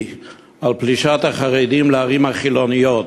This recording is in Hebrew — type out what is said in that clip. על פלישת החרדים לערים החילוניות,